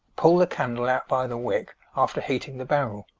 pull the candle out by the wick after heating the barrel.